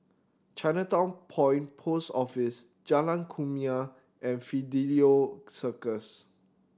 Chinatown Point Post Office Jalan Kumia and Fidelio Circus